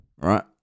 Right